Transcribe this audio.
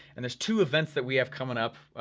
and there's two events that we have coming up.